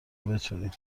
بتونیم